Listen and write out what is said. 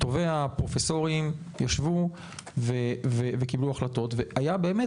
טובי הפרופסורים ישבו וקיבלו החלטות והיה באמת